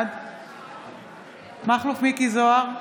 בעד מכלוף מיקי זוהר,